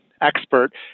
expert